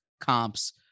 comps